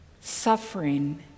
suffering